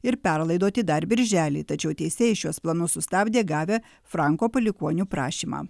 ir perlaidoti dar birželį tačiau teisėjai šiuos planus sustabdė gavę franko palikuonių prašymą